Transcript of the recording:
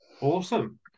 Awesome